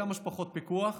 כמה שפחות פיקוח,